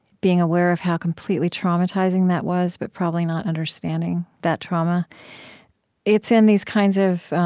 being aware of how completely traumatizing that was but probably not understanding that trauma it's in these kinds of